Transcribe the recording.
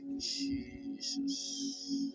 Jesus